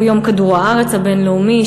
יום כדור-הארץ הבין-לאומי,